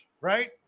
right